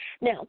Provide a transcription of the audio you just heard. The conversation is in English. Now